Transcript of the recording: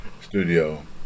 studio